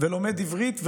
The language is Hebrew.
ולומד עברית,